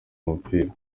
umupira